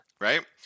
right